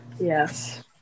Yes